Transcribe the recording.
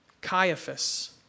Caiaphas